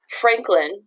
Franklin